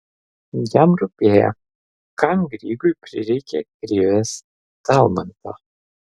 jam rūpėjo kam grygui prireikė krivės talmanto